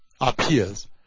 appears